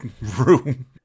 room